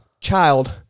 child